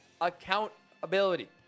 accountability